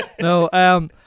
No